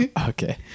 Okay